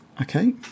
Okay